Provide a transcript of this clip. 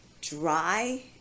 dry